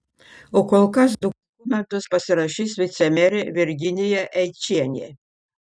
o kol kas dokumentus pasirašys vicemerė virginija eičienė